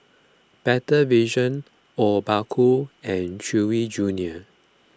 Better Vision Obaku and Chewy Junior